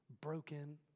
broken